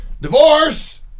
divorce